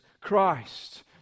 Christ